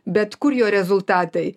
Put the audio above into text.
bet kur jo rezultatai